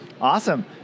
awesome